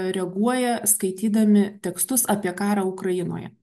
reaguoja skaitydami tekstus apie karą ukrainoje